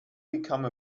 become